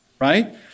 right